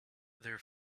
their